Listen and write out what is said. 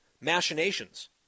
machinations